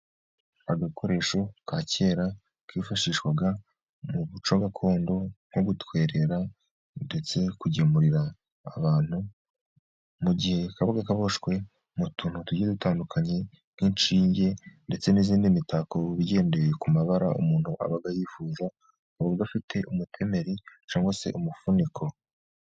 Agakoresho ka kera kifashishwaga mu muco gakondo nko gutwerera ndetse kugemurira abantu mu gihe kabaga kaboshywe mu tuntu tugiye dutandukanye nk'inshinge, ndetse n'iyindi mitako igendeye ku mabara umuntu waba abaga yifuza, ahubwo afite umutemeri cyangwa se umufuniko.